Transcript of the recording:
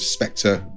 Spectre